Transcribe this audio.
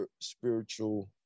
spiritual